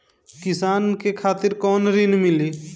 किसान के खातिर कौन ऋण मिली?